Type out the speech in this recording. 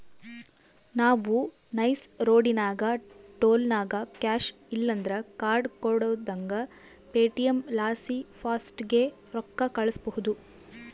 ನಾವು ನೈಸ್ ರೋಡಿನಾಗ ಟೋಲ್ನಾಗ ಕ್ಯಾಶ್ ಇಲ್ಲಂದ್ರ ಕಾರ್ಡ್ ಕೊಡುದಂಗ ಪೇಟಿಎಂ ಲಾಸಿ ಫಾಸ್ಟಾಗ್ಗೆ ರೊಕ್ಕ ಕಳ್ಸ್ಬಹುದು